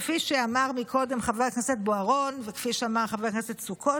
כפי שאמר קודם חבר הכנסת בוארון וכפי שאמר חבר הכנסת סוכות,